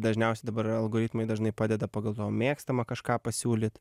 dažniausiai dabar yra algoritmai dažnai padeda pagal tavo mėgstamą kažką pasiūlyt